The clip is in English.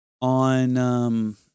on